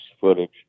footage